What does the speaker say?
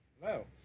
Hello